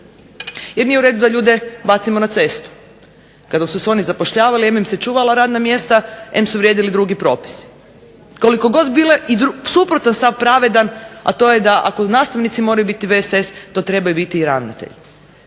jer nije u redu da ljude bacimo na cestu. Kada su se oni zapošljavali em im su se čuvala radna mjesta, em su vrijedili drugi propisi. Koliko god bio i suprotan stav pravedan, a to je da ako nastavnici moraju biti VSS to trebaju biti i ravnatelji.